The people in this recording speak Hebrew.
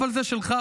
אבל זה שלך,